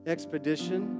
Expedition